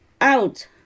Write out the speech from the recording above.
out